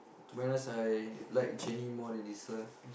to be honest I like Jennie more than Lisa